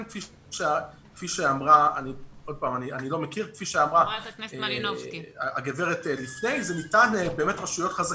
כפי שאמרה חברת הכנסת מלינובסקי זה ניתן לרשויות חזקות.